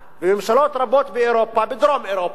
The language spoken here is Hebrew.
וממשלות רבות באירופה, בדרום אירופה,